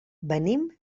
venim